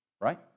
Right